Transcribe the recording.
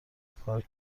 پارک